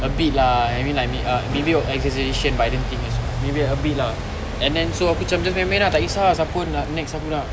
a bit lah maybe exaggeration but I don't think maybe a bit lah and then so aku cam main-main ah tak kesah siapa nak next siapa nak